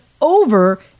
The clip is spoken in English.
over